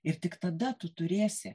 ir tik tada tu turėsi